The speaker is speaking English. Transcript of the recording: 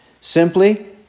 simply